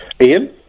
Ian